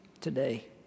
today